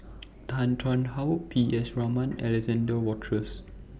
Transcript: Tan Tarn How P S Raman and Alexander Wolters